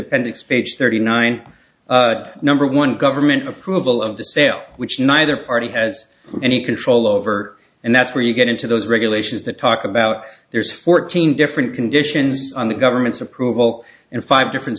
appendix page thirty nine number one government approval of the sale which neither party has any control over and that's where you get into those regulations that talk about there's fourteen different conditions on the government's approval and five different